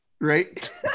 Right